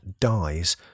dies